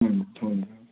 हुन्छ